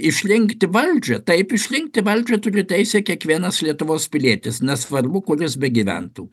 išrinkti valdžią taip išrinkti valdžią turi teisę kiekvienas lietuvos pilietis nesvarbu kur jis begyventų